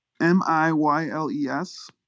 M-I-Y-L-E-S